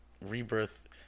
Rebirth